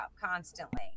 constantly